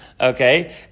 okay